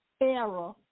error